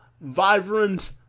vibrant